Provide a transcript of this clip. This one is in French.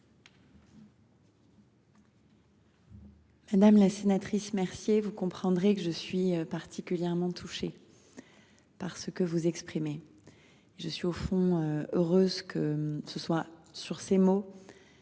Madame la sénatrice Mercier, vous comprendrez que je suis particulièrement touchée par ce que vous exprimez. Je suis à vrai dire heureuse de pouvoir conclure